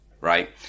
right